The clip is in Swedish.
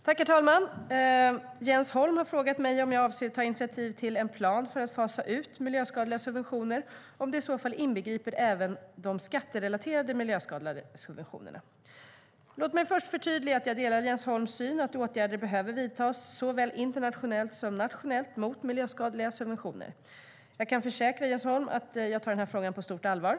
Herr talman! Jens Holm har frågat mig om jag avser att ta initiativ till en plan för att fasa ut miljöskadliga subventioner och om den i så fall inbegriper även de skatterelaterade miljöskadliga subventionerna. Låt mig först tydliggöra att jag delar Jens Holms syn att åtgärder mot miljöskadliga subventioner behöver vidtas, såväl internationellt som nationellt. Och jag kan försäkra Jens Holm att jag tar denna fråga på stort allvar.